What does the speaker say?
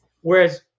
whereas